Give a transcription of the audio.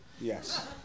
yes